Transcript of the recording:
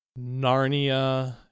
Narnia